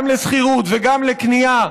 גם לשכירות וגם לקנייה.